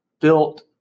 built